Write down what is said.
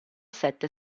sette